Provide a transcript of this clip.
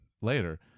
later